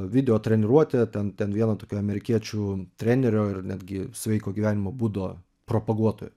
video treniruotę ten ten vieno tokio amerikiečių trenerio ir netgi sveiko gyvenimo būdo propaguotojo